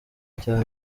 cya